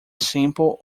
simple